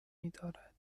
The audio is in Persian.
میدارد